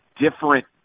different